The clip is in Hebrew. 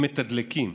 הם מתדלקים,